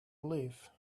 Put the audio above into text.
leave